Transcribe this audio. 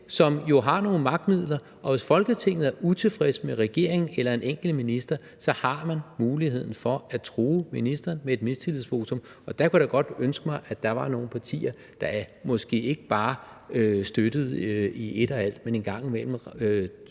som jo har nogle magtmidler, og hvis Folketinget er utilfreds med regeringen eller en enkelt minister, har man muligheden for at true ministeren med et mistillidsvotum – og der kunne jeg da godt ønske mig, at der var nogle partier, som måske ikke bare støttede dem i et og alt, men en gang imellem